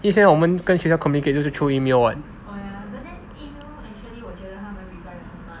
因为现在我们跟学校 communicate 就是 through email [what]